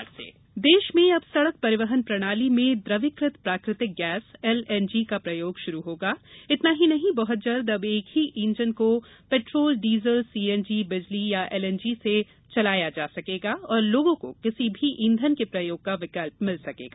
केन्द्रीय मंत्रिमंडल देश में अब सड़क परिवहन प्रणाली में द्रवीकृत प्राकृतिक गैस एलएनजी का प्रयोग शुरू होगा इतना ही नहीं बहुत जल्द अब एक ही इंजन को पेट्रोल डीजल सीएनजी बिजली या एलएनजी से चलाया जा सकेगा और लोगों को किसी भी ईंधन के प्रयोग का विकल्प मिल सकेगा